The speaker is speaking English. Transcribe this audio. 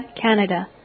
Canada